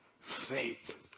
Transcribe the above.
faith